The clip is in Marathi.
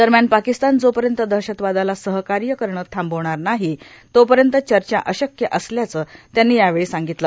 दरम्यान पाकिस्तान जोपर्यंत दहशतवादाला सहकार्य करणं थांबवणार नाही तोपर्यंत चर्चा अशक्य असल्याचं त्यांनी यावेळी सांगितलं